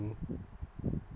mmhmm